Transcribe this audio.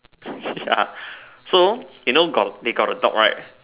ya so you know got they got a dog right